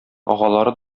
агалары